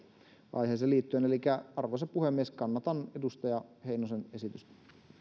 aiheeseen liittyen elikkä arvoisa puhemies kannatan